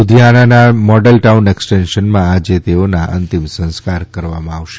લુધિયાનાના model town એકસેટેંશનમાં આજ તેઓના અંતિમ સંસ્કાર કરવામાં આવશે